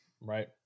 Right